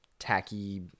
tacky